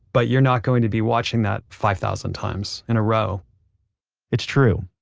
but you're not going to be watching that five thousand times in a row it's true.